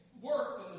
work